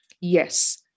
yes